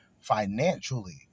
financially